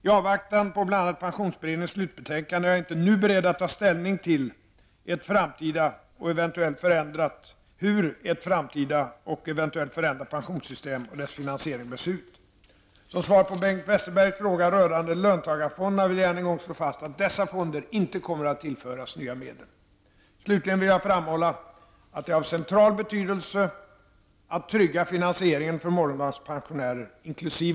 I avvaktan på bl.a. pensionsberedningens slutbetänkande är jag inte nu beredd att ta ställning till hur ett framtida och eventuellt pensionssystem och dess finansiering bör se ut. Som svar på Bengt Westerbergs fråga rörande löntagarfonderna vill jag än en gång slå fast att dessa fonder inte kommer att tillföras nya medel. Slutligen vill jag framhålla att det är av central betydelse att trygga finansieringen för morgondagens pensionärer -- inkl.